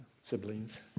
siblings